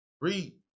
Read